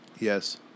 Yes